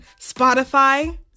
Spotify